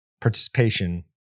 participation